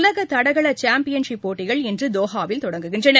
உலக தடகள சாம்பியன் போட்டிகள் இன்று தோஹாவில் தொடங்குகின்றன